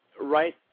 Right